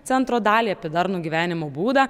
centro dalį apie darnų gyvenimo būdą